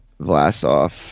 Vlasov